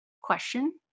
question